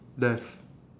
left